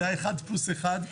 זה היה אחד פלוס אחד,